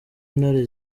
intare